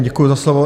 Děkuji za slovo.